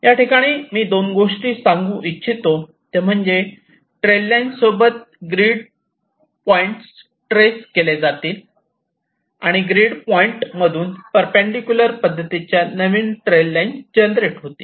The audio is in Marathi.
याठिकाणी मी 2 गोष्टी सांगू इच्छितो ते म्हणजे ट्रेल लाईन सोबत ग्रीड पॉईंट ट्रेस केले जातील आणि ग्रीड पॉइंट मधून परपेंडिकुलर पद्धतीच्या नवीन ट्रेल लाईन जनरेट होतील